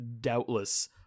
doubtless